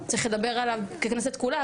צריך לדבר עליו ככנסת כולה,